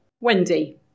Wendy